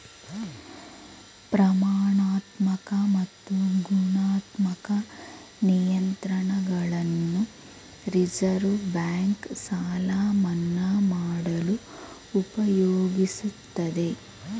ಪ್ರಮಾಣಾತ್ಮಕ ಮತ್ತು ಗುಣಾತ್ಮಕ ನಿಯಂತ್ರಣಗಳನ್ನು ರಿವರ್ಸ್ ಬ್ಯಾಂಕ್ ಸಾಲ ಮನ್ನಾ ಮಾಡಲು ಉಪಯೋಗಿಸುತ್ತದೆ